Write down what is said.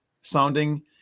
sounding